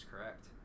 correct